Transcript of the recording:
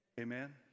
amen